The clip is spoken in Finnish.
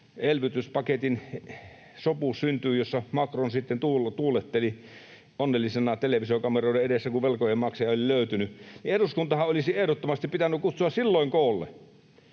elvytyspaketin sopu syntyi, jossa Macron sitten tuuletteli onnellisena televisiokameroiden edessä, kun velkojen maksaja oli löytynyt — eduskuntahan olisi ehdottomasti pitänyt kutsua silloin koolle.